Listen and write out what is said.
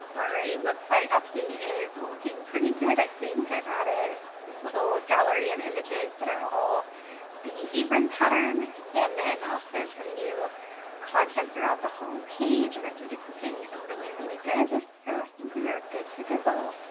all right website update is looking pretty good, i think i've added this little gallery of images that are all the apron pattern and then also some new content throughout the home page and i think it's looking really, really good. so i think we are good to go!